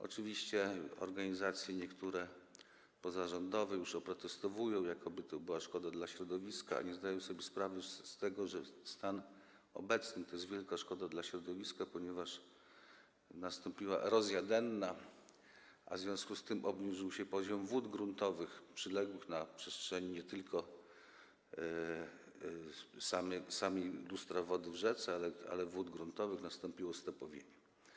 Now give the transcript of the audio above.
Oczywiście niektóre organizacje pozarządowe już to oprotestowują, jakoby to była szkoda dla środowiska, a nie zdają sobie sprawy z tego, że obecny stan to jest wielka szkoda dla środowiska, ponieważ nastąpiła erozja denna, w związku z tym obniżył się poziom wód gruntowych przyległych na przestrzeni nie tylko samego lustra wody w rzece, ale i wód gruntowych, i nastąpiło stepowienie.